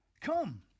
Come